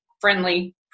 friendly